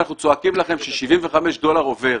שנתיים אנחנו צועקים לכם ש-75 דולר עובר,